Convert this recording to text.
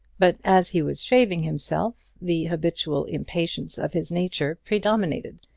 but as he was shaving himself, the habitual impatience of his nature predominated,